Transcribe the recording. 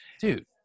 dude